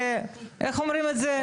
איך אומרים את זה?